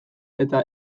eta